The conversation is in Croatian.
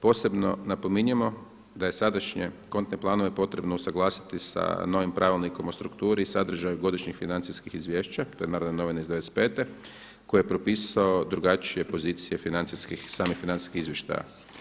Posebno napominjemo da je sadašnje kontne planove potrebno usuglasiti sa novim pravilnikom o strukturi i sadržaju godišnjih financijskih izvješća, to je Narodne novine iz '95. koji je propisao drugačije pozicije samih financijskih izvještaja.